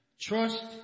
Trust